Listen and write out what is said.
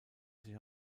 sich